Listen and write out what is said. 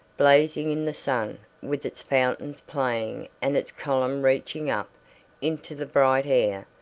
blazing in the sun, with its fountains playing and its column reaching up into the bright air,